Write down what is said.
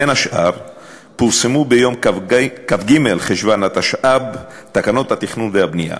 בין השאר פורסמו ביום כ"ג בחשוון התשע"ב תקנות התכנון והבנייה.